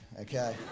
Okay